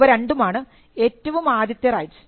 ഇവ രണ്ടുമാണ് ഏറ്റവും ആദ്യത്തെ റൈറ്റ്സ്